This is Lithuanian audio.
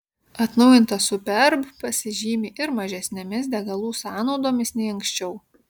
atnaujintas superb pasižymi ir mažesnėmis degalų sąnaudomis nei anksčiau